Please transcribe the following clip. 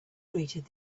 greeted